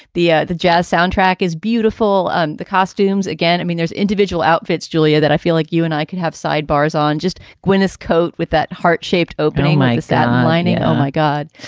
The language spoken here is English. the ah the jazz soundtrack is beautiful and the costumes again. i mean there's individual outfits, julia, that i feel like you and i could have sidebars on just gwyneth coat with that heart shaped opening my satin lining. oh, my god.